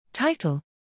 Title